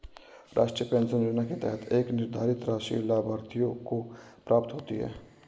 राष्ट्रीय पेंशन योजना के तहत एक निर्धारित राशि लाभार्थियों को प्राप्त होती है